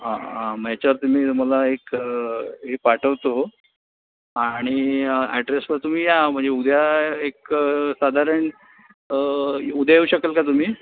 हां आं मग ह्याच्यावरती मी तुम्हाला एक हे पाठवतो आणि अॅड्रेसवर तुम्ही या म्हणजे उद्या एक साधारण उद्या येऊ शकाल का तुम्ही